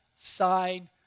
sign